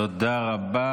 תודה רבה.